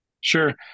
Sure